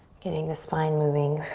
getting the spine moving,